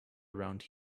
around